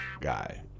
guy